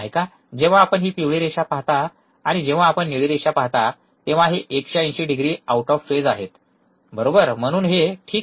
जेव्हा आपण ही पिवळी रेषा पाहता आणि जेव्हा आपण निळी रेषा पाहता तेव्हा हे 180 डिग्री आऊट ऑफ फेज आहेत बरोबर म्हणून हे ठीक आहे